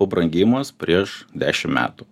pabrangimas prieš dešim metų